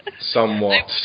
somewhat